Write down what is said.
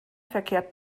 verkehrt